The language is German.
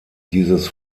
dieses